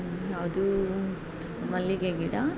ಯಾವುದು ಮಲ್ಲಿಗೆ ಗಿಡ